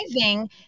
driving